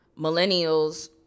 millennials –